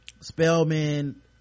Spellman